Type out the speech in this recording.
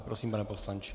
Prosím, pane poslanče.